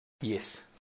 Yes